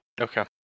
Okay